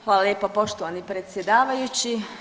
Hvala lijepo poštovani predsjedavajući.